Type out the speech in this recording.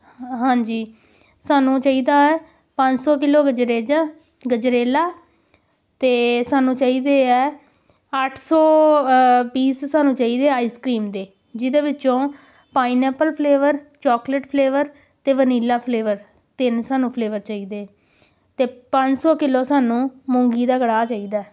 ਹਾਂਜੀ ਸਾਨੂੰ ਚਾਹੀਦਾ ਹੈ ਪੰਜ ਸੌ ਕਿਲੋ ਗਜਰੇਜਾ ਗਜਰੇਲਾ ਅਤੇ ਸਾਨੂੰ ਚਾਹੀਦੇ ਹੈ ਅੱਠ ਸੌ ਪੀਸ ਸਾਨੂੰ ਚਾਹੀਦੇ ਹੈ ਆਈਸ ਕ੍ਰੀਮ ਦੇ ਜਿਹਦੇ ਵਿੱਚੋਂ ਪਾਈਨਐਪਲ ਫਲੇਵਰ ਚੋਕਲੇਟ ਫਲੇਵਰ ਅਤੇ ਵਨੀਲਾ ਫਲੇਵਰ ਤਿੰਨ ਸਾਨੂੰ ਫਲੇਵਰ ਚਾਹੀਦੇ ਅਤੇ ਪੰਜ ਸੌ ਕਿਲੋ ਸਾਨੂੰ ਮੂੰਗੀ ਦਾ ਕੜਾਹ ਚਾਹੀਦਾ